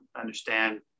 understand